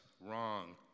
wrong